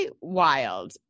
wild